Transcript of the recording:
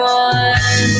one